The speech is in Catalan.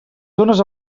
dónes